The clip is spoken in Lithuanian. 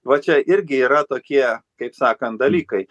va čia irgi yra tokie kaip sakant dalykai